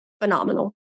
phenomenal